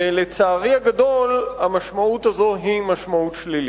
ולצערי הגדול, המשמעות הזאת היא משמעות שלילית.